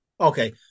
Okay